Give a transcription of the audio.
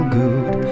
good